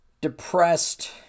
depressed